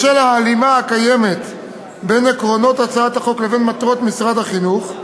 בשל ההלימה הקיימת בין עקרונות הצעת החוק לבין מטרות משרד החינוך,